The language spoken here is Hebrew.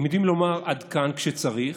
הם יודעים לומר "עד כאן" כשצריך.